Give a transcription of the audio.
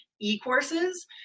e-courses